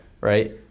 right